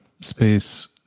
space